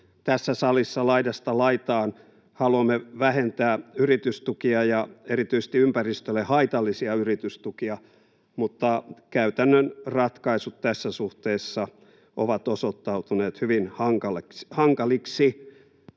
tässä salissa laidasta laitaan haluamme vähentää yritystukia ja erityisesti ympäristölle haitallisia yritystukia, mutta käytännön ratkaisut tässä suhteessa ovat osoittautuneet hyvin hankaliksi.